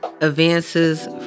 Advances